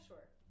Sure